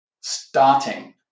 starting